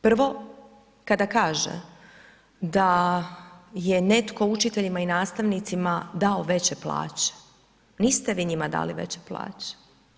Prvo, kada kaže da je netko učiteljima i nastavnicima dao veće plaće, niste vi njima dali veće plaće.